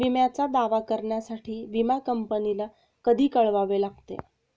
विम्याचा दावा करण्यासाठी विमा कंपनीला कधी कळवावे लागते?